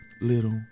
little